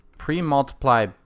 pre-multiply